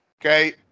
okay